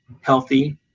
healthy